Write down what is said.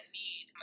need